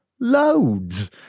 Loads